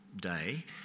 day